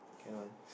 can one